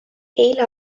eile